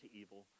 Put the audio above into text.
evil